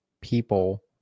people